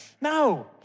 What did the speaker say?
no